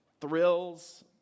thrills